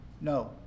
No